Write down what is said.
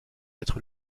être